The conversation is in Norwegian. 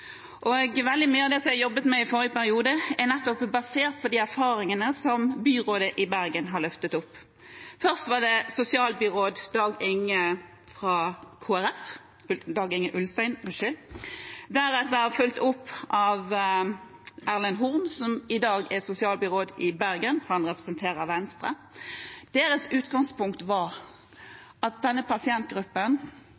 pasientgruppe. Veldig mye av det som jeg jobbet med i forrige periode, er nettopp basert på de erfaringene som byrådet i Bergen har løftet opp. Først var det sosialbyråd Dag Inge Ulstein fra Kristelig Folkeparti. Deretter ble det fulgt opp av Erlend Horn, som i dag er sosialbyråd i Bergen. Han representerer Venstre. Deres utgangspunkt var